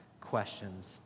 questions